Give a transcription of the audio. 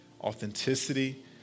authenticity